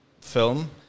film